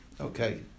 okay